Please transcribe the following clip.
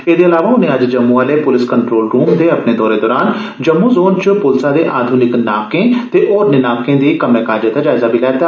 एहदे अलावा उनें अज्ज जम्मू आहले पुलस कन्ट्रोल रूम दे अपने दौरे दौरान जम्मू जोन च पुलसा दे आधुनिक नाके ते होरने नाके दे कम्मै काजै दो जायजा बी लैता